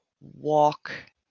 walk